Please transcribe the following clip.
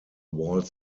walled